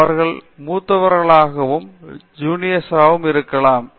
அவர்கள் மூத்தவர்களாகவும் ஜூனியர்ஸாகவும் இருக்கலாம்